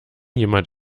jemand